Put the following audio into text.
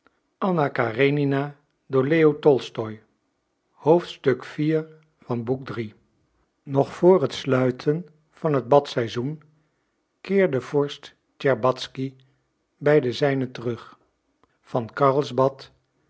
nog voor het sluiten van het badseisoen keerde vorst tscherbatzky bij de zijnen terug van